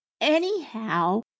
Anyhow